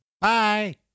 Bye